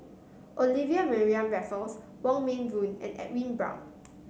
Olivia Mariamne Raffles Wong Meng Voon and Edwin Brown